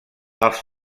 els